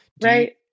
Right